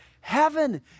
heaven